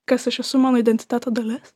kas aš esu mano identiteto dalis